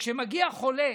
שכשכמגיע חולה,